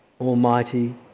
almighty